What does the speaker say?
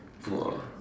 !wah!